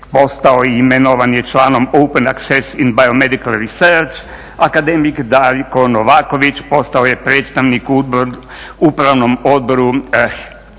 postao i imenovan je članom Open acces and biomedical resurce, akademik Darko Novaković postao je predstavnik upravnom odboru